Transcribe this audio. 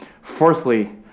Fourthly